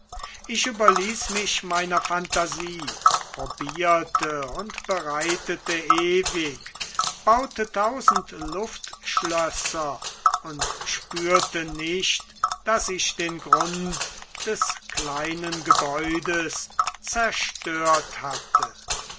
ich überließ mich meiner phantasie probierte und bereitete ewig baute tausend luftschlösser und spürte nicht daß ich den grund des kleinen gebäudes zerstört hatte